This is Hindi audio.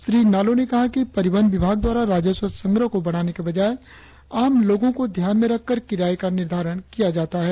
श्री नालों ने कहा कि परिवहन विभाग द्वारा राजस्व संग्रह को बढ़ाने के बजाय आम लोगों को ध्यान में रखकर किराये का निर्धारण किया जाता है